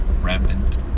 rampant